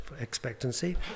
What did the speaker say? expectancy